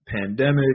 pandemic